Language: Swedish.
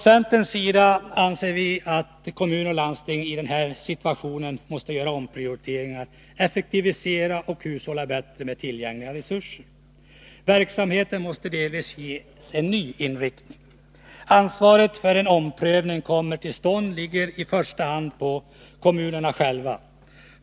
Centern anser att kommuner och landsting i denna situation måste göra omprioriteringar, effektivisera och hushålla bättre med tillgängliga resurser. Verksamheten måste delvis ges en ny inriktning. Ansvaret för att en omprövning kommer till stånd ligger i första hand på kommunerna själva.